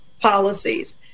policies